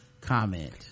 comment